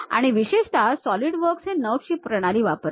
आणि विशेषतः सॉलिडवर्क्स हे NURBS ची प्रणाली वापरते